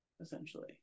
essentially